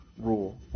rule